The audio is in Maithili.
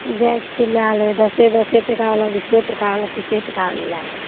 जाए छिए लै लेबै दसे दस टकावला बीसे टकावला तीसे टकावला लै लेबै